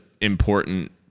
important